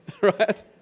Right